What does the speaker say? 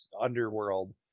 underworld